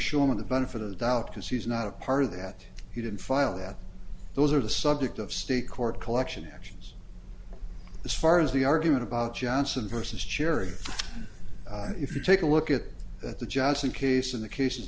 shulman the benefit of the doubt because he's not a part of that he didn't file that those are the subject of state court collection actions as far as the argument about johnson versus cherry if you take a look at the johnson case in the case